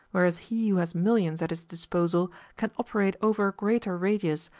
whereas he who has millions at his disposal can operate over a greater radius,